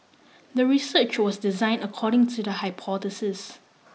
the research was designed according to the hypothesis